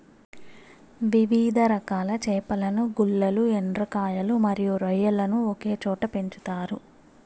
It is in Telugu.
వివిధ రకాల చేపలను, గుల్లలు, ఎండ్రకాయలు మరియు రొయ్యలను ఒకే చోట పెంచుతారు